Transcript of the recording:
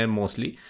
mostly